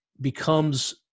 becomes